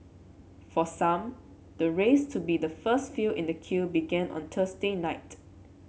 for some the race to be the first few in the queue began on Thursday night